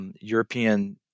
European